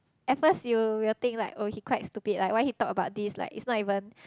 at first you will think like oh he quite stupid like why he talk about this like it's not even